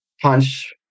punch